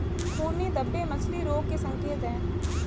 खूनी धब्बे मछली रोग के संकेत हैं